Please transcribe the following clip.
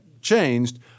changed